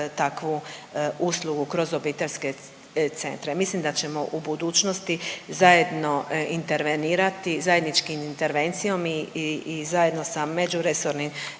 takvu uslugu kroz obiteljske centre. Mislim da ćemo u budućnosti zajedno intervenirati, zajedničkom intervencijom i zajedno sa međuresornom